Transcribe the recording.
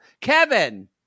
Kevin